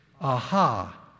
aha